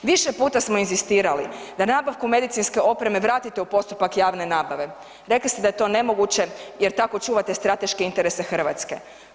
Više puta smo inzistirali da nabavku medicinske opreme vratite u postupak javne nabave, rekli ste da je to nemoguće jer tako čuvate strateške interese Hrvatske.